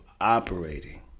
operating